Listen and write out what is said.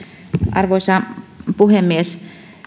arvoisa puhemies